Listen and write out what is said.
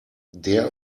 der